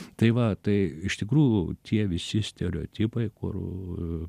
tai va tai iš tikrųjų tie visi stereotipai kur